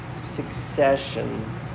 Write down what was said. Succession